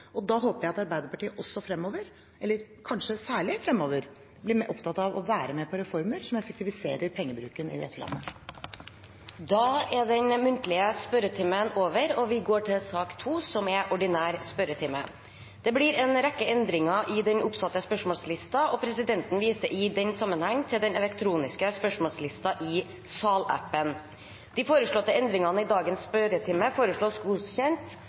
og da håper jeg at Arbeiderpartiet også fremover – eller kanskje særlig fremover – blir mer opptatt av å være med på reformer som effektiviserer pengebruken i dette landet. Da er den muntlige spørretimen over. Det blir en rekke endringer i den oppsatte spørsmålslisten, og presidenten viser i den sammenheng til den elektroniske spørsmålslisten i salappen. De foreslåtte endringene i dagens spørretime foreslås godkjent.